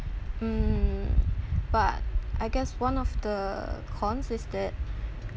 hmm but I guess one of the cons is that